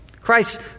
Christ